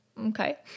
Okay